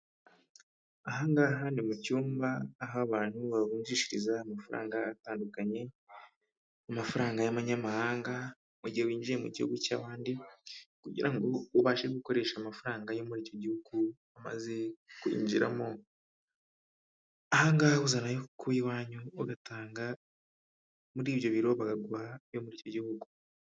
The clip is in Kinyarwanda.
Ahangaha ni mu cyumba aho abantu bavunjishiriza amafaranga atandukanye, amafaranga y'amanyamahanga mu gihe winjiye mu gihugu cy'abandi kugira ngo ubashe gukoresha amafaranga yo muri icyo gihugu umaze kwinjiramo, ahangaha uzana ayo kuye iwanyu ugatanga muri ibyo biro bakagu yo muri icyo gihugu.